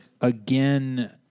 again